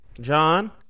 John